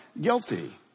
Guilty